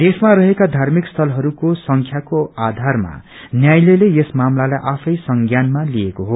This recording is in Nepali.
देशमा रहेका धार्मिक स्यलहरूको संख्याको आधारमा न्यायालयले यस मामलालाई आफै संज्ञानमा लिएको हो